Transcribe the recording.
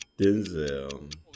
Denzel